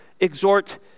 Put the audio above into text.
exhort